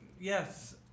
Yes